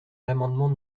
l’amendement